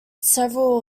several